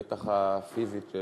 בטח הפיזית.